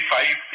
five